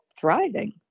thriving